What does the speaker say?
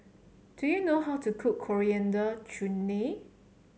do you know how to cook Coriander Chutney